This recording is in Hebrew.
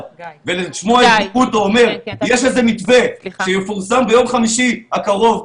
לשמוע את גרוטו אומר עכשיו: "יש איזה מתווה שיפורסם ביום חמישי הקרוב",